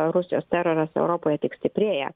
rusijos teroras europoje tik stiprėja